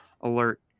alert